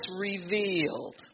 revealed